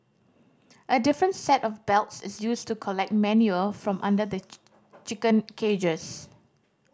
a different set of belts is used to collect manure from under the chicken cages